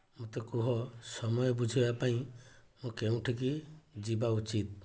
ମୋତେ କୁହ ସମୟ ବୁଝିବା ପାଇଁ ମୁଁ କେଉଁଠି କୁ ଯିବା ଉଚିତ୍